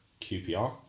QPR